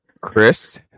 Chris